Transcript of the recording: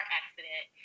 accident